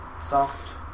soft